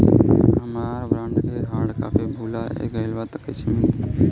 हमार बॉन्ड के hard copy भुला गएलबा त कैसे मिली?